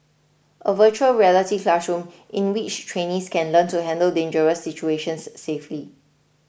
a Virtual Reality classroom in which trainees can learn to handle dangerous situations safely